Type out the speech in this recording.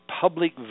public